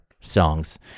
songs